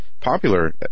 popular